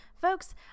Folks